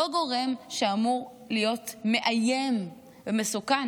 לא גורם שאמור להיות מאיים ומסוכן.